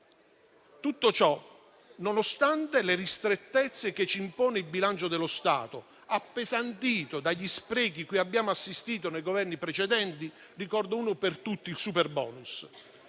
Tutto ciò nonostante le ristrettezze che ci impone il bilancio dello Stato, appesantito dagli sprechi cui abbiamo assistito nei Governi precedenti, uno su tutti il superbonus.